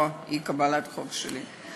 או אי-קבלת החוק שלי.